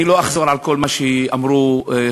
אני לא אחזור על כל מה שאמרו חברי,